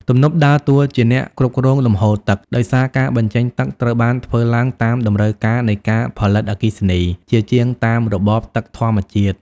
ទំនប់ដើរតួជាអ្នកគ្រប់គ្រងលំហូរទឹក ដោយសារការបញ្ចេញទឹកត្រូវបានធ្វើឡើងតាមតម្រូវការនៃការផលិតអគ្គិសនីជាជាងតាមរបបទឹកធម្មជាតិ។